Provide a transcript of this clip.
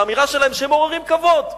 באמירה שלהם הם מעוררים כבוד.